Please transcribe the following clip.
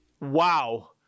wow